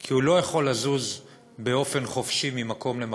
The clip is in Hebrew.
כי הוא לא יכול לזוז בחופשיות ממקום למקום,